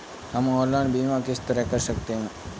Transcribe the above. हम ऑनलाइन बीमा किस तरह कर सकते हैं?